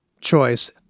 choice